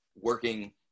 working